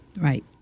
Right